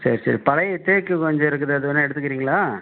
சரி சரி பழைய தேக்கு கொஞ்சம் இருக்குது அது வேணா எடுத்துக்கிறீங்களா